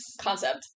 concept